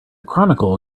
chronicle